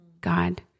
God